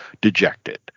dejected